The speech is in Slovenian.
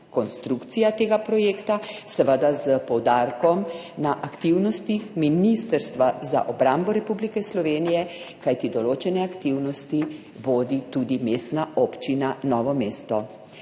konstrukcija tega projekta, seveda, s poudarkom na aktivnostih Ministrstva za obrambo Republike Slovenije? Določene aktivnosti vodi namreč tudi Mestna občina Novo mesto.